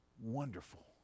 wonderful